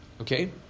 Okay